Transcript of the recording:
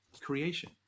creation